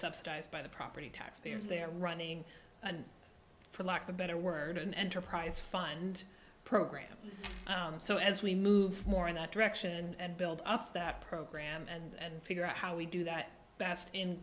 subsidized by the property taxpayers they are running and for lack of a better word an enterprise fund program so as we move more in that direction and build up that program and figure out how we do that best in